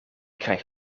krijg